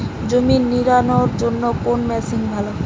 জমি নিড়ানোর জন্য কোন মেশিন ভালো?